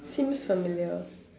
seems familiar